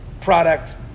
product